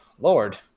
Lord